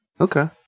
Okay